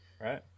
right